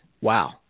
Wow